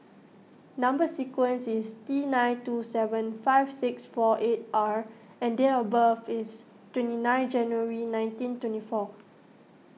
Number Sequence is T nine two seven five six four eight R and date of birth is twenty nine January nineteen twenty four